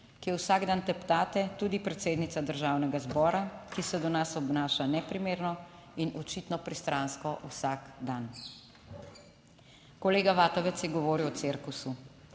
ki jo vsak dan teptate, tudi predsednica Državnega zbora, ki se do nas obnaša neprimerno in očitno pristransko vsak dan. Kolega Vatovec je govoril o cirkusu.